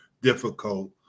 difficult